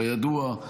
כידוע,